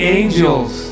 angels